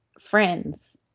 friends